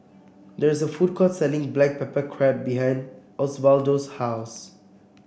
there is a food court selling Black Pepper Crab behind Osvaldo's house